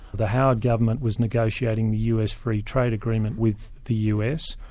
the howard government was negotiating the us free trade agreement with the us,